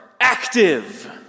active